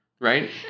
Right